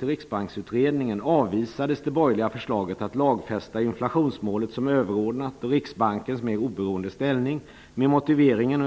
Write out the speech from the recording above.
Riksbanksutredningen avvisades det borgerliga förslaget att lagfästa inflationsmålet som överordnat och Riksbankens mer oberoende ställning med motiveringen,